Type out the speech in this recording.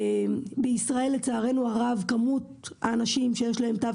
בישראל לצערנו הרב כמות האנשים שיש להם תו